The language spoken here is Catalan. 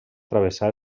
travessar